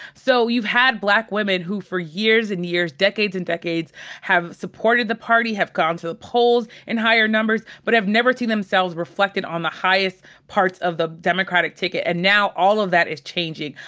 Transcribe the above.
so you've had black women who for years and years, decades and decades have supported the party, have gone to the poles in higher numbers, but have never seen themselves reflected on the highest parts of the democratic ticket. and now all of that is changing.